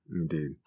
Indeed